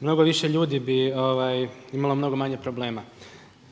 Mnogo više ljudi bi imalo mnogo manje problema.